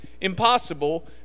impossible